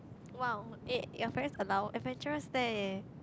!wow! eh your parent allow adventurous leh